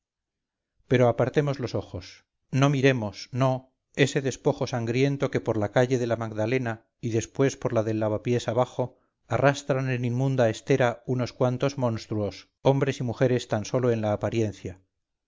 pero apartemos los ojos no miremos no ese despojo sangrientoque por la calle de la magdalena y después por la del avapiés abajo arrastran en inmunda estera unos cuantos monstruos hombres y mujeres tan sólo en la apariencia